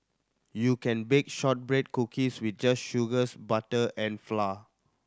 you can bake shortbread cookies with just sugars butter and flour